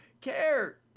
care